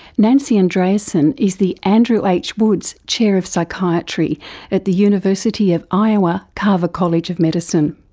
nancy andreasen is the andrew h woods chair of psychiatry at the university of iowa carver college of medicine.